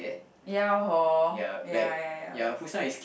ya hor ya ya ya